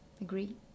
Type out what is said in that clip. agree